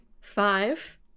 Five